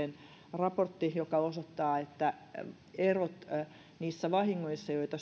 raportti joka osoittaa että ero niissä vahingoissa joita